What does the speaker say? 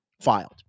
filed